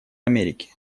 америки